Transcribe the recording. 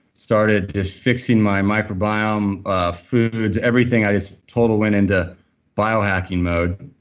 started just fixing my microbiome ah foods, everything. i just total went into bio hacking mode.